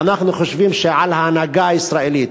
ואנחנו חושבים שעל ההנהגה הישראלית,